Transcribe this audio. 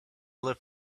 lift